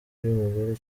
ry’umugore